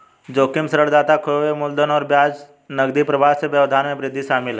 जोखिम ऋणदाता खोए हुए मूलधन और ब्याज नकदी प्रवाह में व्यवधान में वृद्धि शामिल है